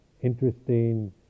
interesting